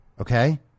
Okay